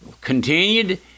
continued